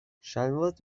شلوارت